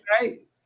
Right